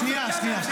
שנייה, שנייה.